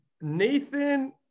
Nathan